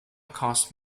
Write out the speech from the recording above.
cast